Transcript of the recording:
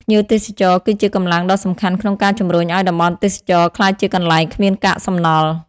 ភ្ញៀវទេសចរគឺជាកម្លាំងដ៏សំខាន់ក្នុងការជំរុញឱ្យតំបន់ទេសចរណ៍ក្លាយជាកន្លែងគ្មានកាកសំណល់។